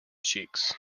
cheeks